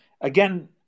Again